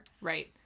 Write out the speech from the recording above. Right